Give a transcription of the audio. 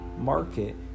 market